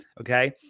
Okay